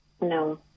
No